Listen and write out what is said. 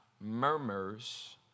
murmurs